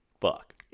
Fuck